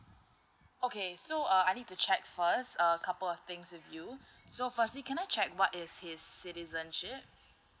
okay so uh I need to check first a couple of things with you so firstly can I check what is his citizenship